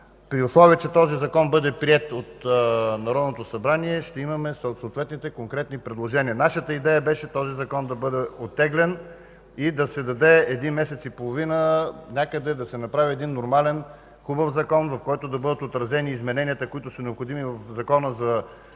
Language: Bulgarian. при условие че този закон бъде приет от Народното събрание, ще имаме съответните конкретни предложения. Нашата идея беше този закон да бъде оттеглен и да се даде един месец и половина, за да се направи един нормален, хубав закон, в който да бъдат отразени измененията, които са необходими в Закона за държавния